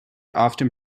often